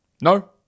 No